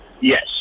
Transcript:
Yes